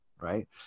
right